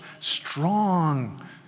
strong